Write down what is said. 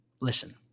listen